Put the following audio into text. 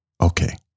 Okay